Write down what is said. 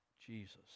Jesus